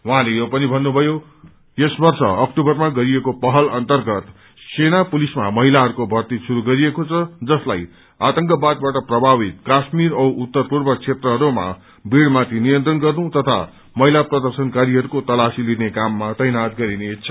उहाँले यो पनि भन्नुभयो यस वर्ष अक्टूबरमा गरिएको पहल अन्तगत सेना पुलिसमा महिलाहरूको भर्ती श्रुरू गरिएको छ जसलाई आतंकवादबाट प्रभावित काश्मिर औ उत्तरपूर्व क्षेत्रहरूमा मीड़माथि नियन्त्रण गर्नु तथा महिला प्रदर्शनकारीहस्को तलाशी लिने काममा तैनात गरिनेछ